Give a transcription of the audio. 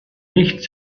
nicht